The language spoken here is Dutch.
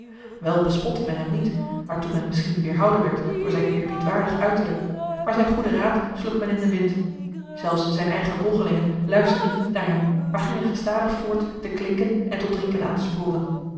wel bespotte men hem net waartoe men misschien weerhouden werd door zijn eerbiedwaardig uiterlijk maar zijn goeden raad sloeg men in den wind zelfs zijn eigen volgelingen luisterden niet naar hem maar gingen gestadig voort te klinken en tot drinken aan te sporen